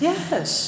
Yes